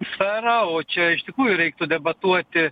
sferą o čia iš tikrųjų reiktų debatuoti